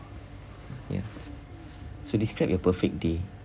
ya so describe your perfect day